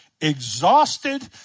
exhausted